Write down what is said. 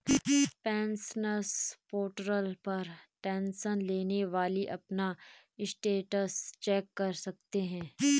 pensioners portal पर tension लेने वाली अपना स्टेटस चेक कर सकते हैं